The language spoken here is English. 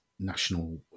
national